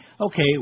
okay